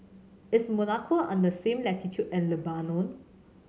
is Monaco on the same latitude as Lebanon